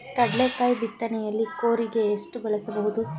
ಕಡ್ಲೆಕಾಯಿ ಬಿತ್ತನೆಯಲ್ಲಿ ಕೂರಿಗೆ ಬಳಸಬಹುದೇ?